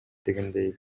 дегендей